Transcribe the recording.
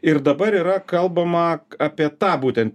ir dabar yra kalbama apie tą būtent